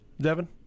Devin